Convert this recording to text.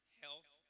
health